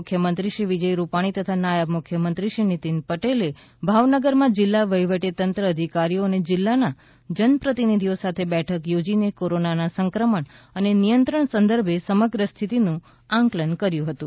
મુખ્યમંત્રી શ્રી વિજય રૂપાણી તથા નાયબ મુખ્યમંત્રી શ્રી નીતિન પટેલે ભાવનગરમાં જિલ્લા વહીવટીતંત્રના અધિકારીશ્રીઓ અને જિલ્લાના જનપ્રતિનિધિઓ સાથે બેઠક યોજીને કોરોના સંક્રમણ અને નિયંત્રણ સંદર્ભે સમગ્ર સ્થિતીનું આકલન કર્યુ હતું